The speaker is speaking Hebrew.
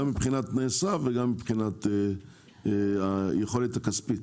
גם מבחינת תנאי סף וגם מבחינת היכולת הכספית.